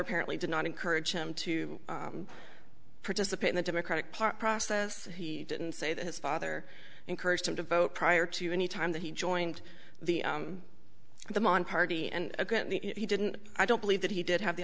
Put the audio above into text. apparently did not encourage him to participate in the democratic party process he didn't say that his father encouraged him to vote prior to any time that he joined the the man party and he didn't i don't believe that he did have the